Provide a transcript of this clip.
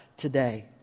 Today